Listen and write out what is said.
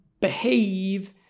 behave